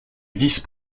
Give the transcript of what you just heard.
vice